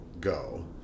go